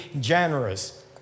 generous